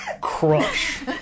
Crush